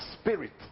spirit